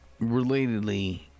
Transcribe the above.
relatedly